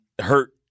hurt